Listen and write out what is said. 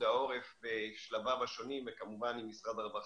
העורף בשלביו השונים וכמובן עם משרד הרווחה.